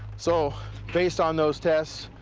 so based on those tests,